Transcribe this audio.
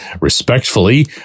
Respectfully